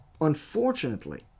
unfortunately